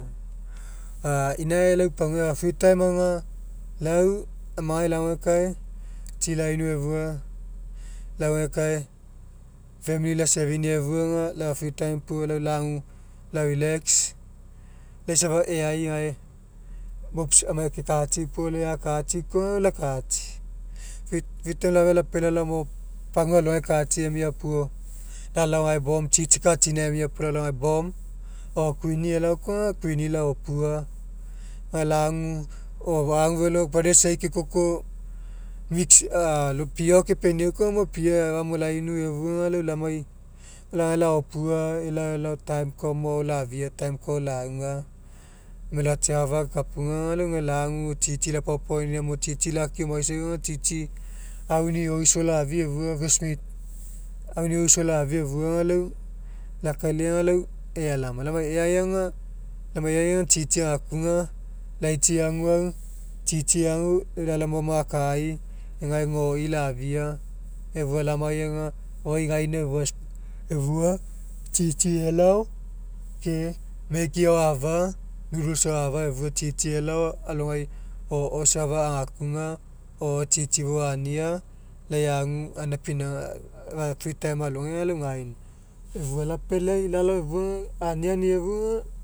A inae a'a pagua free time aga lau amagai lauegekae tsi lainu efua lauegekae famili la'servein'ii efua aga la free time puo lau lagu la'relax laisa e'ai gae mops amagai kekatsi puo lai akatsi koa aga lai akatsi. Free time lafia lapealai lalao gamo pagua alogai katsi emia puo lalao gae bomb tsitsi katsini emia puo gae lalao gae bomb o quenni elao koa aga queeni laopua. Gae lagu i lagu elao brothers isai kekoko mix a pia ao kepeniau koa mo pia agao lainu efua aga lau lamai laopua elao time koa ao lafia time koa ao lauga emai elao atsiafa ekpuga aga lau gae lagu tsitsi lapaopuania tsitsi lucky eomaisau aga tsitsi auni oiso lafia efua aga fresh meat auni oiso lafia efua aga lau lakailai aga lau ea lamai, lamai ea aga lamai ea aga tsitsi lagakuga laitsi eaguau tsitsi eagu lau lalao gamo makai egai goi lafia efua lamai aga goi gaina efua tsitsi elao ke maggie ao a'afa noodles ao a'afa efua tsitsi elao alogai o'o safa agakuga o'o tsitsi fou a'ania lai agu gaina pinauga a free time alogai aga lau gaina efua lapealai lalao efua aniani efua aga